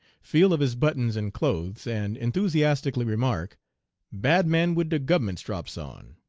feel of his buttons and clothes, and enthusiastically remark bad man wid de gub'ment strops on